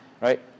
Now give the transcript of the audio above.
right